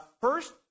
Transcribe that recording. First